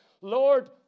Lord